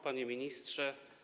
Panie Ministrze!